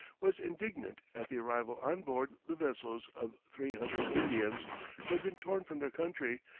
was indignant at the arrival on board the vessels of three hundred indians who had been torn from their country,